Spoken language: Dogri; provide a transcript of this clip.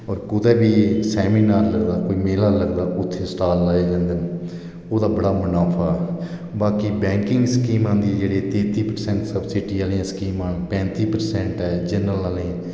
और कुदै बी सेमीनार होना कोई मेला लगना उत्थै स्टाल लाई लैंदे न ओह्दा बड़ा मुनाफा बाकी बैंकिंग स्कीम आंदी जेहड़ी तेती प्रसेंट सब्सिडी आहलियां स्कीमा ना पैंती परसैंट ऐ जमा कोला लेइयै